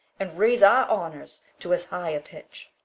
and raise our honours to as high a pitch,